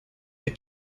the